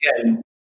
again